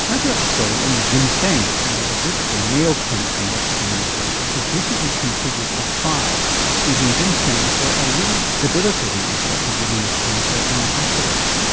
and to that story on ginseng where a group at the mayo clinic in rochester minnesota has recently completed a trial using ginseng for a really debilitating aspect of living with cancer and afterwards.